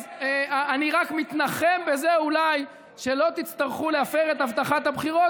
אז אני רק מתנחם בזה שאולי לא תצטרכו להפר את הבטחת הבחירות,